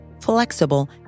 flexible